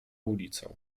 ulicę